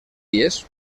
dies